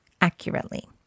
accurately